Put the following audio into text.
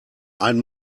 einen